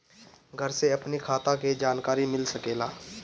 घर से अपनी खाता के जानकारी मिल सकेला?